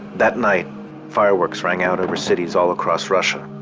that night fireworks rang out over cities all across russia.